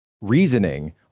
reasoning